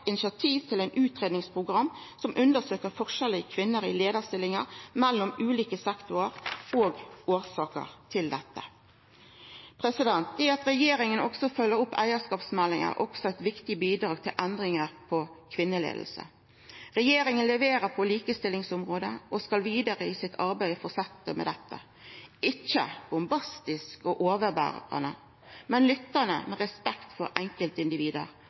initiativ til eit utgreiingsprogram som undersøkjer forskjellar i delen av kvinner i leiarstillingar mellom ulike sektorar, og årsaker til dette. At regjeringa følgjer opp eigarskapsmeldinga, er også eit viktig bidrag til endringar når det gjeld kvinnelege leiarar. Regjeringa leverer på likestillingsområdet og skal fortsetja med dette i sitt vidare arbeid – ikkje bombastisk og overberande, men lyttande og med respekt for